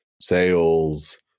sales